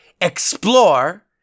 explore